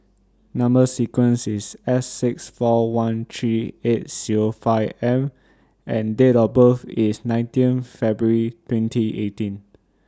Number sequence IS S six four one three eight Zero five M and Date of birth IS nineteen February twenty eighteen